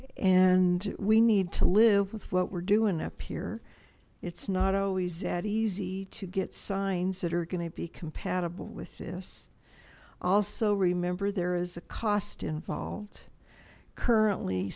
and we need to live with what we're doing appear it's not always easy to get signs that are going to be compatible with this also remember there is a cost involved currently